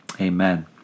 Amen